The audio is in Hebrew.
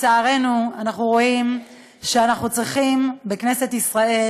לצערנו אנחנו רואים שאנחנו צריכים בכנסת ישראל